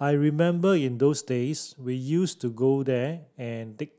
I remember in those days we used to go there and take